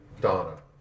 Donna